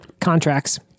Contracts